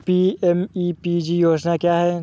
PMEPG योजना क्या है?